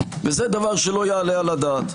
וזה דבר שלא יעלה על הדעת.